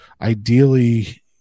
ideally